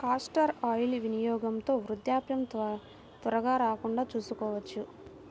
castor oil వినియోగంతో వృద్ధాప్యం త్వరగా రాకుండా చూసుకోవచ్చు